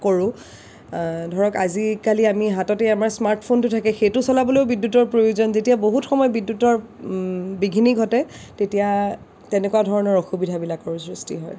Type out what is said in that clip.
কৰোঁ ধৰক আজিকালি আমাৰ হাততেই স্মাৰ্টফোনটো থাকে সেইটো চলাবলৈয়ো বিদ্যুতৰ প্ৰয়োজন যেতিয়া বহুত সময় বিদ্যুতৰ বিঘিনি ঘটে তেতিয়া তেনেকুৱা ধৰণৰ অসুবিধাবিলাকৰো সৃষ্টি হয়